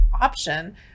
option